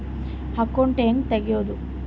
Account ಹ್ಯಾಂಗ ತೆಗ್ಯಾದು?